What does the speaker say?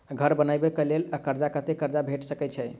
घर बनबे कऽ लेल कर्जा कत्ते कर्जा भेट सकय छई?